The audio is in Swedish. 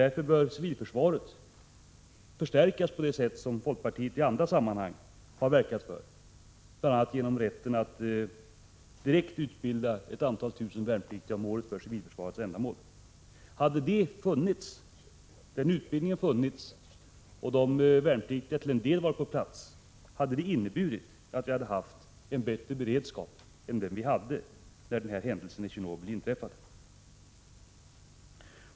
Därför bör civilförsvaret förstärkas på det sätt som folkpartiet i andra sammanhang har verkat för och som bl.a. innebär rätt att direkt utbilda ett antal tusen värnpliktiga om året för civilförsvarsändamål. Om en sådan utbildning hade funnits och de värnpliktiga till en del varit på plats, hade det inneburit en bättre beredskap än den vi hade när händelsen i Tjernobyl inträffade.